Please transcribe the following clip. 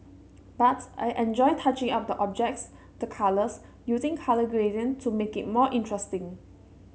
but I enjoy touching up the objects the colours using colour gradient to make it more interesting